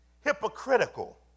hypocritical